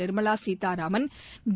Nirmala Sitharaman D